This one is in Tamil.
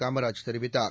காமராஜ் தெரிவித்தார்